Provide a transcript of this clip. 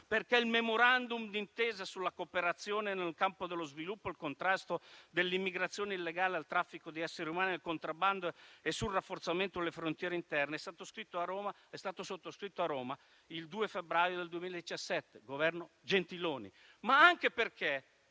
e il *memorandum* d'intesa sulla cooperazione nel campo dello sviluppo, del contrasto all'immigrazione illegale, al traffico di esseri umani, al contrabbando e sul rafforzamento della sicurezza delle frontiere interne è stato sottoscritto a Roma il 2 febbraio 2017 (Governo Gentiloni).